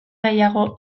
gehiago